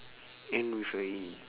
end with a A